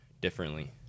differently